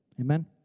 Amen